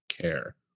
care